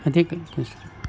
ಅದೇ ಪ್ಲಾಂಟೇಷನ್